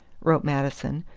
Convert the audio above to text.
wrote madison,